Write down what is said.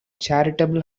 charitable